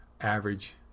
average